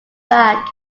back